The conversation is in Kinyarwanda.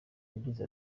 yagize